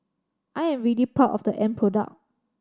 I am really proud of the end product